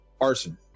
Arson